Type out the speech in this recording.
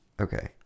Okay